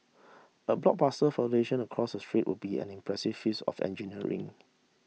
a blockbuster flotation across the strait would be an impressive feats of engineering